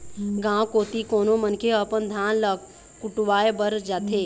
गाँव कोती कोनो मनखे ह अपन धान ल कुटावय बर जाथे